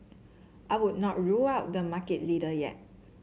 I would not rule out the market leader yet